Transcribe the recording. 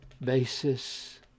basis